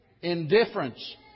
Indifference